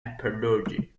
apology